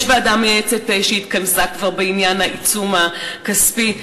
יש ועדה מייעצת שהתכנסה כבר בעניין העיצום הכספי,